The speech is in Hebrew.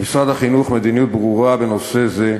למשרד החינוך מדיניות ברורה בנושא זה,